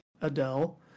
Adele